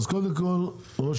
בבקשה, ראש